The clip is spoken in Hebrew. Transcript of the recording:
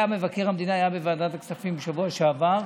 מבקר המדינה היה בוועדת הכספים בשבוע שעבר.